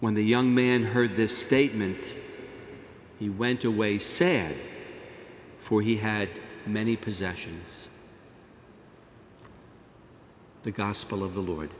when the young man heard this statement he went away sad for he had many possessions the gospel of the lord